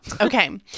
Okay